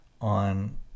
on